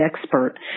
expert